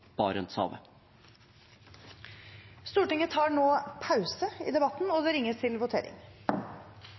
Stortinget tar nå pause i debatten, og det ringes til votering. Stortinget er da klar til å gå til votering,